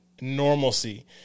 normalcy